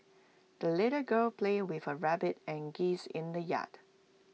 the little girl played with her rabbit and geese in the yard